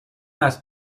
است